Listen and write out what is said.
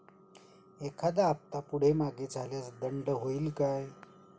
एखादा हफ्ता पुढे मागे झाल्यास दंड होईल काय?